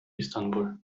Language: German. istanbul